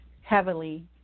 heavily